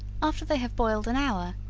after they have boiled an hour,